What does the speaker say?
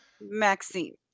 Maxine